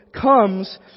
comes